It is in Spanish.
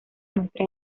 nuestras